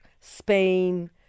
Spain